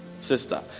sister